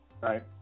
right